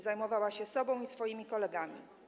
Zajmowała się sobą i swoimi kolegami.